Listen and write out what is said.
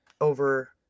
over